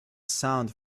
sound